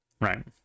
right